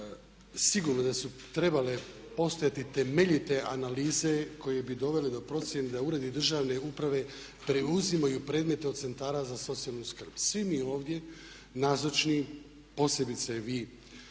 sigurno da su trebale postojati temeljite analize koje bi dovele do procjene da uredi državni uprave preuzimaju predmete od centara za socijalnu skrb. Svi mi ovdje nazočni posebice vi